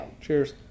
Cheers